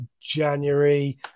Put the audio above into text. January